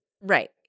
Right